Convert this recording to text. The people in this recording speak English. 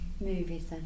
movies